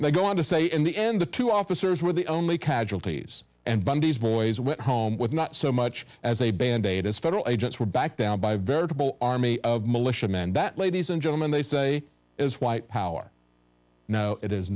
they go on to say in the end the two officers were the only casualties and bundy's boys went home with not so much as a band aid as federal aid we're back down by a veritable army of militia men that ladies and gentlemen they say is white power now it is